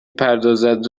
پردازد